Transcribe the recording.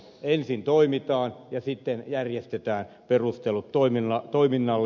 ensin toimitaan ja sitten järjestetään perustelut toiminnalle